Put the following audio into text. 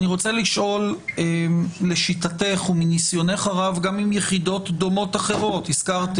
הזכרתי